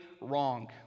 wrong